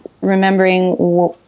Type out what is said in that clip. remembering